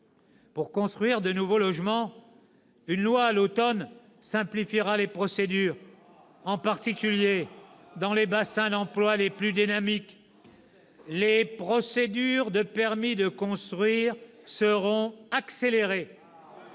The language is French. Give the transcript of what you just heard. Pour construire de nouveaux logements, une loi présentée à l'automne visera à simplifier les procédures, en particulier dans les bassins d'emplois les plus dynamiques. « Les procédures de permis de construire seront accélérées,